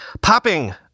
popping